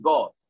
God